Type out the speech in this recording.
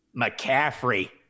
McCaffrey